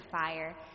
fire